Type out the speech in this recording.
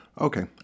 okay